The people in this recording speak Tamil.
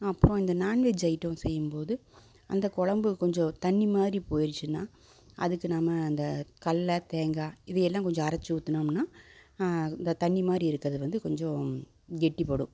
அப்புறம் இந்த நான்வெஜ் ஐட்டம் செய்யும்போது அந்த கொழம்பு கொஞ்சம் தண்ணி மாதிரி போயிருச்சுன்னா அதுக்கு நம்ம அந்த கடல தேங்காய் இதையெல்லாம் கொஞ்சம் அரைச்சு ஊற்றுனோம்னா இந்த தண்ணி மாதிரி இருக்கிறது வந்து கொஞ்சம் கெட்டிப்படும்